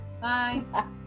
Bye